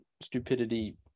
stupidity